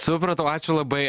supratau ačiū labai